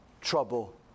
trouble